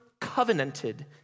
covenanted